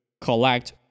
collect